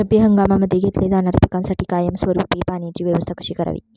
रब्बी हंगामामध्ये घेतल्या जाणाऱ्या पिकांसाठी कायमस्वरूपी पाण्याची व्यवस्था कशी करावी?